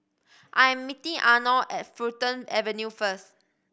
I am meeting Arno at Fulton Avenue first